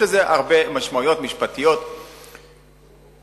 יש לזה הרבה משמעויות משפטיות וקנייניות,